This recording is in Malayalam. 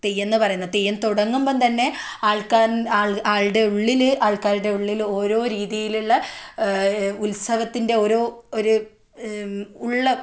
തെയ്യം എന്നു പറയുന്നത് തെയ്യം തൊടങ്ങുമ്പം തന്നെ ആൾക്കാർ ആൾടെ ഉള്ളിൽ ആൾക്കാരുടെ ഉള്ളിൽ ഓരോ രീതിയിലുള്ള ഉത്സവത്തിൻ്റെ ഓരോ ഒരു ഉള്ള